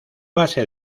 base